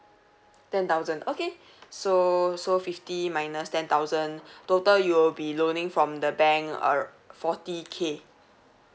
ten thousand okay so so fifty minus ten thousand total you will be loaning from the bank err forty K